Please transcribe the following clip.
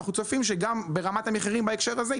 ואנחנו צופים שגם ברמת המחירים בהקשר הזה היא